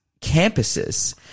campuses